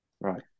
Right